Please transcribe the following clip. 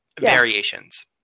variations